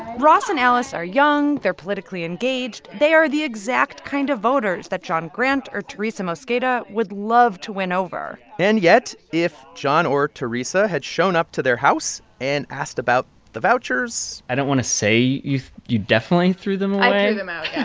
ross and alice are young. they're politically engaged. they are the exact kind of voters that jon grant or teresa mosqueda would love to win over and yet, if jon or teresa had shown up to their house and asked about the vouchers. i don't want to say you you definitely threw them away like i threw them out, yeah